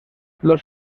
los